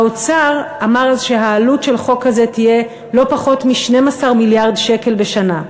האוצר אמר שהעלות של חוק כזה תהיה לא פחות מ-12 מיליארד שקל בשנה.